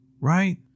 right